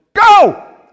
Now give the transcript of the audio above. Go